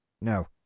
No